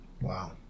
Wow